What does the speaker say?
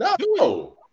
No